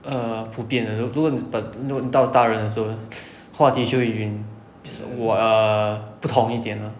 err 普遍的如如果 but 到大人的时候话题就会远 err 不同一点 lah